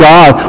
God